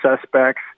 suspects